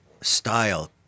style